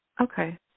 Okay